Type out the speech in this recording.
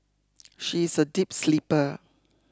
she is a deep sleeper